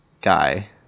Guy